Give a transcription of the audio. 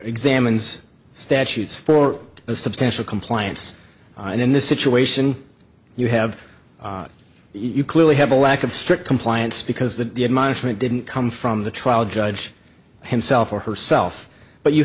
examines statutes for a substantial compliance and in this situation you have you clearly have a lack of strict compliance because the admonishment didn't come from the trial judge himself or herself but you